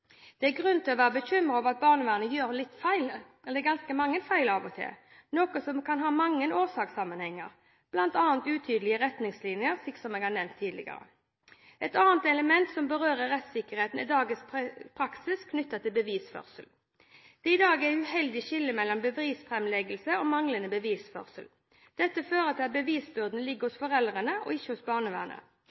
Det er grunn til å være bekymret over at barnevernet gjør litt feil, eller ganske mange feil av og til, noe som kan ha mange årsakssammenhenger, bl.a. utydelige retningslinjer, slik jeg har nevnt tidligere. Et annet element som berører rettssikkerheten, er dagens praksis knyttet til bevisførsel. Det er i dag et uheldig skille mellom bevisframleggelse og manglende bevisførsel. Dette fører til at bevisbyrden ligger hos foreldrene og ikke hos barnevernet.